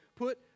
Put